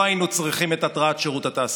לא היינו צריכים את התרעת שירות התעסוקה.